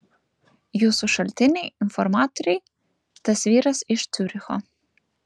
jūsų šaltiniai informatoriai tas vyras iš ciuricho